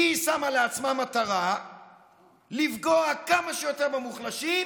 כי היא שמה לעצמה מטרה לפגוע כמה שיותר במוחלשים.